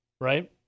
right